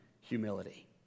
humility